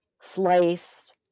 slice